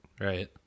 Right